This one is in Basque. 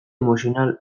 emozional